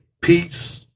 Peace